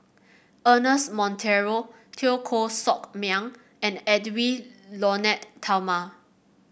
Ernest Monteiro Teo Koh Sock Miang and Edwy Lyonet Talma